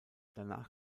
danach